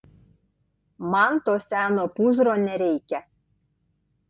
man to seno pūzro nereikia